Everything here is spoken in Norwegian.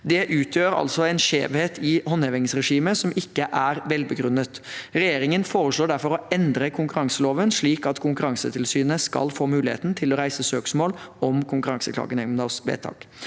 Det utgjør en skjevhet i håndhevingsregimet som ikke er velbegrunnet. Regjeringen foreslår derfor å endre konkurranseloven slik at Konkurransetilsynet skal få muligheten til å reise søksmål om Konkurranseklagenemndas vedtak.